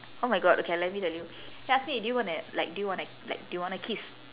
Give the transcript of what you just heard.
oh my god okay let me tell you he ask me do you want a like do you want a like do you want a kiss